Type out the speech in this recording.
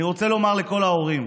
אני רוצה לומר לכל ההורים,